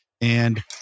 And-